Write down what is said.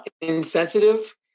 insensitive